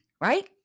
right